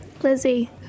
Lizzie